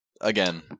again